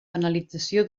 penalització